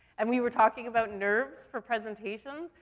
and we were talking about nerves for presentations.